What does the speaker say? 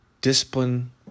Discipline